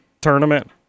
tournament